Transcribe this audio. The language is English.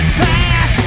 past